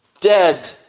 Dead